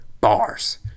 Bars